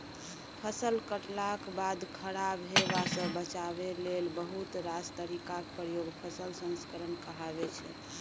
फसल कटलाक बाद खराब हेबासँ बचाबै लेल बहुत रास तरीकाक प्रयोग फसल संस्करण कहाबै छै